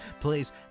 please